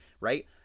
right